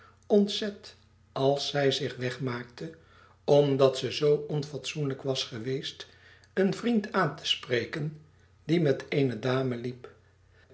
ontzet als zij zich wegmaakte omdat ze zoo onfatsoenlijk was geweest een vriend aan te spreken die met eene dame liep